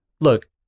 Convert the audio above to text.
look